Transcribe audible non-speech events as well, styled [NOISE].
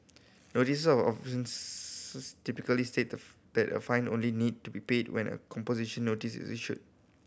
notice of offence typically state [UNINTELLIGIBLE] that a fine only need to be paid when a composition notice is issued